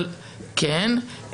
כן,